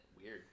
Weird